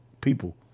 people